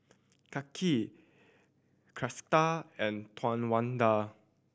Kaia Kristal and Towanda